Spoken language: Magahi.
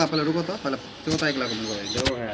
हम अपन पिन नंबर अपने से बना सके है की?